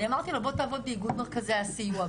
אני אמרתי לו, בוא תעבוד באיגוד מרכזי הסיוע.